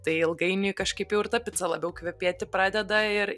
tai ilgainiui kažkaip jau ir ta pica labiau kvepėti pradeda ir